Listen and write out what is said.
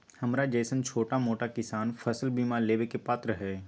हमरा जैईसन छोटा मोटा किसान फसल बीमा लेबे के पात्र हई?